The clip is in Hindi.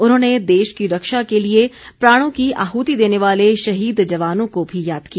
उन्होंने देश की रक्षा के लिए प्राणों की आहुति देने वाले शहीद जवानों को भी याद किया